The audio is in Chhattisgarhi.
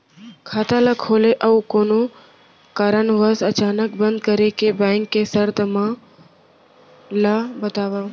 खाता ला खोले अऊ कोनो कारनवश अचानक बंद करे के, बैंक के शर्त मन ला बतावव